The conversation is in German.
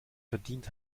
verdient